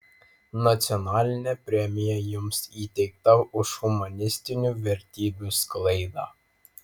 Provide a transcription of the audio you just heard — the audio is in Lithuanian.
nacionalinė premija jums įteikta už humanistinių vertybių sklaidą